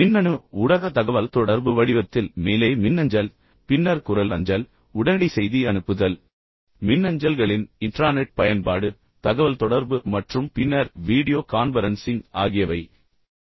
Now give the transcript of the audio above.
மின்னணு ஊடக தகவல்தொடர்பு வடிவத்தில் மேலே மின்னஞ்சல் பின்னர் குரல் அஞ்சல் உடனடி செய்தி அனுப்புதல் மின்னஞ்சல்களின் இன்ட்ரானெட் பயன்பாடு தகவல் தொடர்பு மற்றும் பின்னர் வீடியோ கான்பரன்சிங் ஆகியவை அடங்கும்